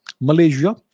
Malaysia